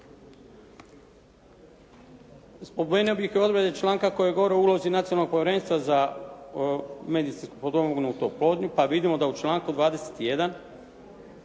Spomenuo bih i odredbe članka koje govore o ulozi Nacionalnog povjerenstva za medicinski potpomognutu oplodnju pa vidimo da u članku 21.